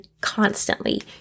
constantly